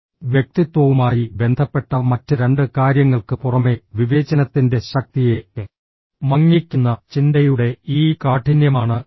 വ്യക്തിത്വവുമായി ബന്ധപ്പെട്ട മറ്റ് രണ്ട് കാര്യങ്ങൾക്ക് പുറമെ വിവേചനത്തിന്റെ ശക്തിയെ മങ്ങിക്കുന്ന ചിന്തയുടെ ഈ കാഠിന്യമാണ് ഒന്ന്